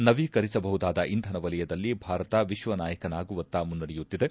ನವೀಕರಿಸಬಹುದಾದ ಇಂಧನ ವಲಯದಲ್ಲಿ ಭಾರತ ವಿಶ್ವ ನಾಯಕನಾಗುವತ್ತ ಮುನ್ನಡೆಯುತ್ತಿದೆ